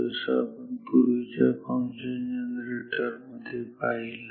जसं आपण पूर्वीच्या फंक्शन जनरेटर मध्ये पाहिलं